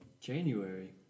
January